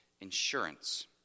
insurance